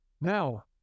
now